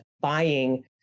buying